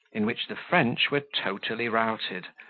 in which the french were totally routed,